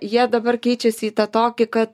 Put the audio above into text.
jie dabar keičiasi į tokį kad